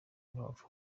ntiwapfa